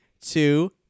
two